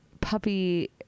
puppy